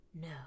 no